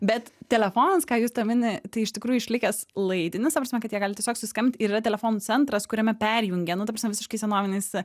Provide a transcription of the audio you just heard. bet telefonas ką justė mini tai iš tikrųjų išlikęs laidinis ta prasme kad jie gali tiesiog suskambt ir yra telefonų centras kuriame perjungia nu ta prasme visiškai senovinis